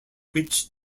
which